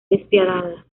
despiadada